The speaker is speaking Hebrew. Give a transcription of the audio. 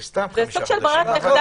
זה סוג של ברירת מחדל,